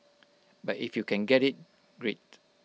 but if you can get IT great